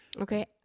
Okay